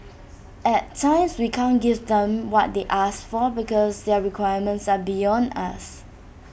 at times we can't give them what they ask for because their requirements are beyond us